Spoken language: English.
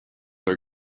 are